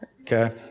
okay